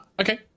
Okay